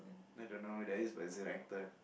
I don't know who that is but is an actor